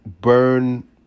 burn